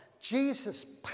Jesus